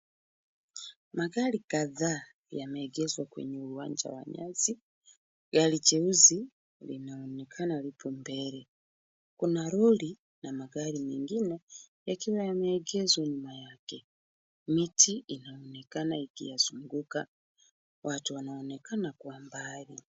Magari kadhaa yameegeshwa kwenye uwanja wa nyasi. Gari jeusi linaonekana lipo mbele. Kuna lori na magari mengine yakiwa yameegeshwa nyuma yake. Miti inaonekana ikiyazunguka. Watu wanaonekana kwa mbali.